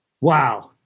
Wow